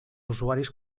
usuaris